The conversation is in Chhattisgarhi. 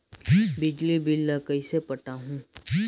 बिजली बिल ल कइसे पटाहूं?